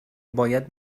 باید